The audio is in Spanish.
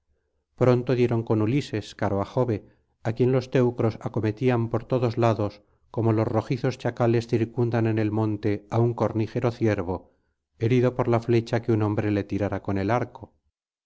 pronto dieron con ulises caro á jove á quien los teucros acometían por todos lados como los rojizos chacales circundan en el monte á un cornígero ciervo herido por la flecha que un hombre le tirara con el arco